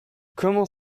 comment